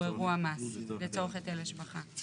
מעשי לצורך היטל השבחה.